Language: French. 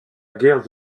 guerre